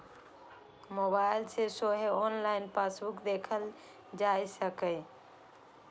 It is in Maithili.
मोबाइल पर सेहो ऑनलाइन पासबुक देखल जा सकैए